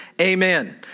Amen